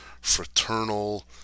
fraternal